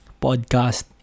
podcast